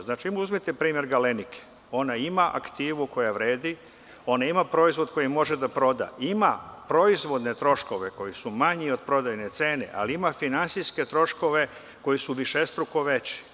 Uzmite primer „Galenike“, ona ima aktivu koja vredi, ona ima proizvod koji može da proda, ima proizvodne troškove koji su manji od prodajne cene, ali ima finansijske troškove koji su višestruko veći.